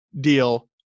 deal